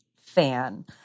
fan